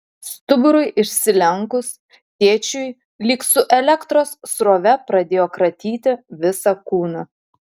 stuburui išsilenkus tėčiui lyg su elektros srove pradėjo kratyti visą kūną